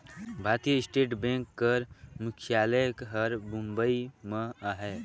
भारतीय state bank कर मुख्यालय हर बंबई में अहे